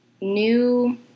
new